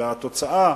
והתוצאה,